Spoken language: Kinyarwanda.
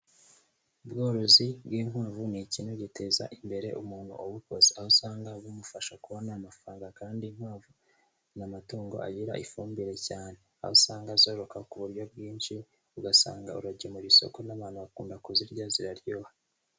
Ubworozi bw'inkwavu ni ikintu giteza imbere umuntu ubukoze, aho usanga bumufasha kubona amafaranga kandi inkwavu ni amatungo agira ifumbire cyane, aho usanga zororoka ku buryo bwinshi, ugasanga uragemurira isoko n'abantu bakunda kuzirya, ziraryoha.